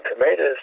tomatoes